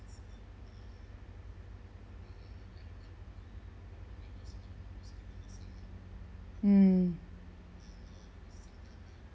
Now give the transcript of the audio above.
mm